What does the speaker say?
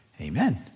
amen